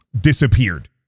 disappeared